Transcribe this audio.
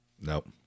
Nope